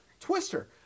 Twister